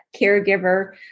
caregiver